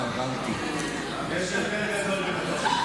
יש הבדל גדול בין השניים.